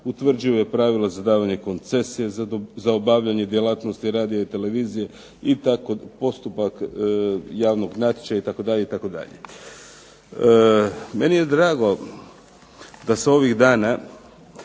utvrđuje pravila za davanje koncesija za obavljanje djelatnosti radija i televizije, postupak javnog natječaja" itd., itd. Meni je drago da se ovih dana